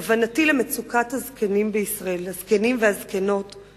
כוונתי למצוקת הזקנים והזקנות בישראל.